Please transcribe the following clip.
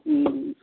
हूँ